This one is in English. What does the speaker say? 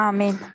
Amen